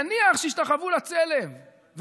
נניח שהשתחוו לצלם,